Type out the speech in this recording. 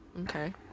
Okay